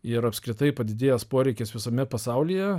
ir apskritai padidėjęs poreikis visame pasaulyje